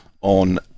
on